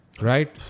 right